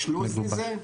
יש לוח זמנים?